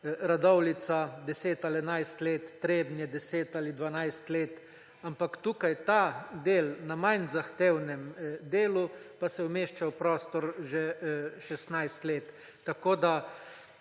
Radovljica – 10 ali 11 let, Trebnje – 10 ali 12 let. Ampak tukaj, ta del na manj zahtevnem delu pa se umešča v prostor že 16 let. Jaz